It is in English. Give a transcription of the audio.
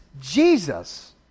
Jesus